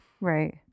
Right